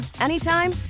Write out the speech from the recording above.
anytime